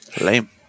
Lame